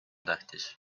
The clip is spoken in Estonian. tähtis